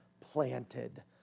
planted